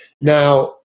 Now